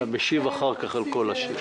אתה משיב אחר כך על כל השאלות.